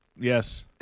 Yes